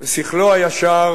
ושכלו הישר